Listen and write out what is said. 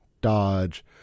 Dodge